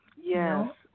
Yes